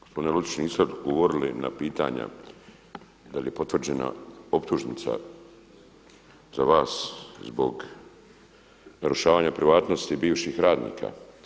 Gospodine Lučić niste odgovorili na pitanja da li je potvrđena optužnica za vas zbog narušavanja privatnosti bivših radnika.